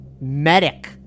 medic